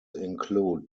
include